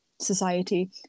society